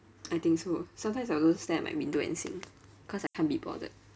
I think so sometimes I also stand at my window and sing cause I can't be bothered